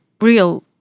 real